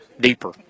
deeper